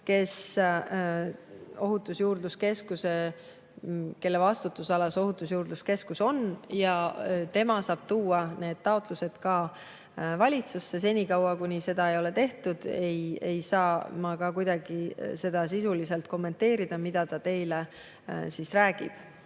kelle vastutusalas Ohutusjuurdluse Keskus on. Tema saab tuua need taotlused valitsusse. Senikaua, kuni seda ei ole tehtud, ei saa ma kuidagi sisuliselt kommenteerida seda, mida ta teile räägib.